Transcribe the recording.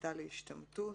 "הסתה להשתמטות"